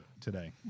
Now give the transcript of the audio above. today